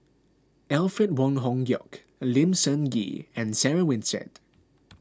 Alfred Wong Hong Kwok Lim Sun Gee and Sarah Winstedt